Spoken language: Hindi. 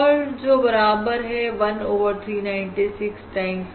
और जो बराबर 1 ओवर 396 टाइम132